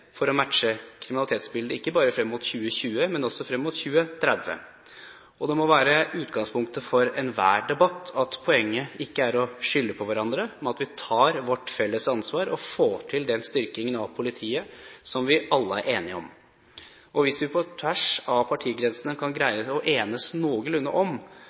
for å matche kriminalitetsbildet – ikke bare frem mot 2020, men også frem mot 2030. Det må være utgangspunktet for enhver debatt at poenget ikke er å skylde på hverandre, men at vi tar vårt felles ansvar og får til den styrkingen av politiet som vi alle er enige om. Hvis vi på tvers av partigrensene kan greie å enes noenlunde om